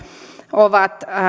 ovat